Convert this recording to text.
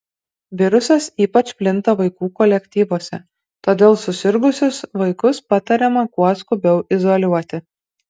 virusas ypač plinta vaikų kolektyvuose todėl susirgusius vaikus patariama kuo skubiau izoliuoti